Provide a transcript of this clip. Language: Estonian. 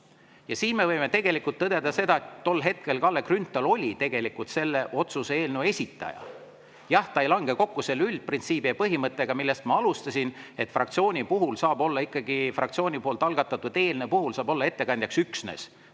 Ja siin me võime tegelikult tõdeda seda, et tol hetkel Kalle Grünthal oli tegelikult selle otsuse eelnõu esitaja. Jah, see ei lange kokku üldprintsiibiga, põhimõttega, millest ma alustasin, et fraktsiooni poolt algatatud eelnõu puhul saab olla ettekandjaks üksnes